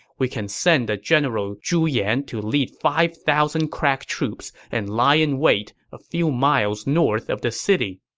we can send the general zhu yan to lead five thousand crack troops and lie in wait a few miles north of the city.